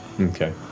Okay